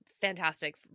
Fantastic